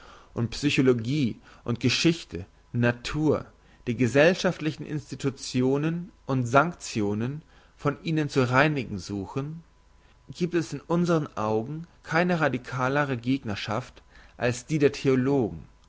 und psychologie geschichte natur die gesellschaftlichen institutionen und sanktionen von ihnen zu reinigen suchen giebt es in unsern augen keine radikalere gegnerschaft als die der theologen